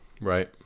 Right